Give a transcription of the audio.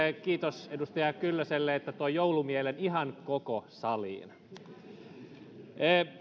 kiitos edustaja kyllöselle että toi joulumielen ihan koko saliin